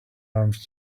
arms